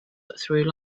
through